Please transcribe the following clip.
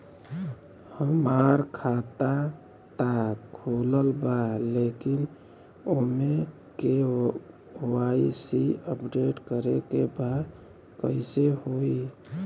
हमार खाता ता खुलल बा लेकिन ओमे के.वाइ.सी अपडेट करे के बा कइसे होई?